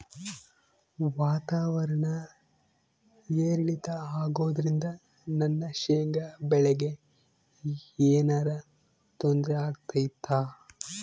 ವಾತಾವರಣ ಏರಿಳಿತ ಅಗೋದ್ರಿಂದ ನನ್ನ ಶೇಂಗಾ ಬೆಳೆಗೆ ಏನರ ತೊಂದ್ರೆ ಆಗ್ತೈತಾ?